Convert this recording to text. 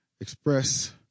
express